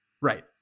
Right